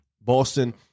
Boston